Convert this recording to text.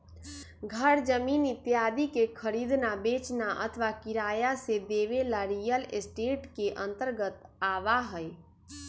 घर जमीन इत्यादि के खरीदना, बेचना अथवा किराया से देवे ला रियल एस्टेट के अंतर्गत आवा हई